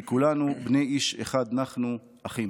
כי "כלנו בני איש אחד נחנו" אחים.